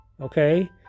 okay